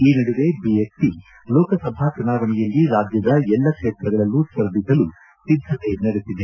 ಈ ನಡುವೆ ಬಿಎಸ್ಪಿ ಲೋಕಸಭಾ ಚುನಾವಣೆಯಲ್ಲಿ ರಾಜ್ಯದ ಎಲ್ಲಾ ಕ್ಷೇತ್ರಗಳಲ್ಲೂ ಸ್ಪರ್ಧಿಸಲು ಸಿದ್ದತೆ ನಡೆಸಿದೆ